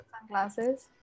sunglasses